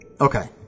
Okay